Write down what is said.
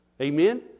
Amen